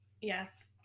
yes